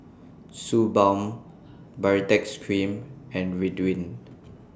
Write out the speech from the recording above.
Suu Balm Baritex Cream and Ridwind